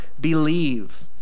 believe